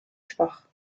schwach